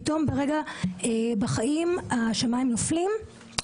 פתאום ברגע אחד בחיים השמיים נופלים.